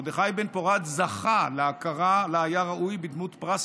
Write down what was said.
מרדכי בן-פורת זכה להכרה שלה היה ראוי בדמות פרס